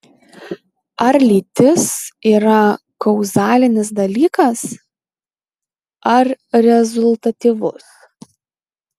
ar lytis yra kauzalinis dalykas ar rezultatyvus